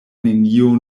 nenio